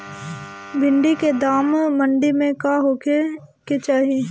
भिन्डी के दाम मंडी मे का होखे के चाही?